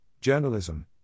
Journalism